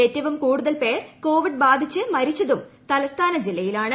ഏറ്റവുട്ട് കൂടുതൽ പേർ കോവിഡ് ബാധിച്ചു മരിച്ചതും തലസ്ഥാന ജീല്ലയിലാണ്